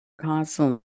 constantly